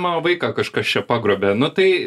mano vaiką kažkas čia pagrobė nu tai